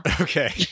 Okay